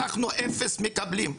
אנחנו אפס מקבלים.